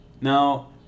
Now